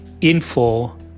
info